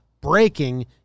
breaking